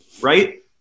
right